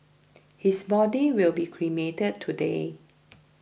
his body will be cremated today